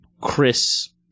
Chris